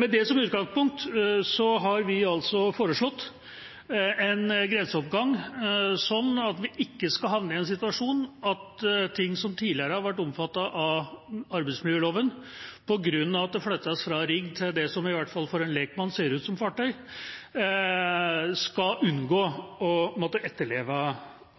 Med det som utgangspunkt har vi foreslått en grenseoppgang, sånn at vi ikke skal havne i en situasjon der en når det gjelder ting som tidligere har vært omfattet av arbeidsmiljøloven, på grunn av at det flyttes fra rigg til det som i hvert fall for en lekmann ser ut som fartøy, skal unngå å måtte etterleve